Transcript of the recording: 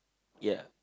ya